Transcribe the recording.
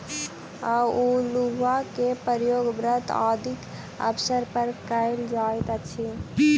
अउलुआ के उपयोग व्रत आदिक अवसर पर कयल जाइत अछि